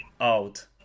out